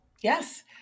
Yes